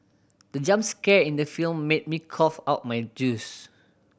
the jump scare in the film made me cough out my juice